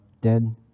dead